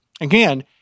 again